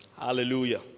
Hallelujah